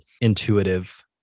intuitive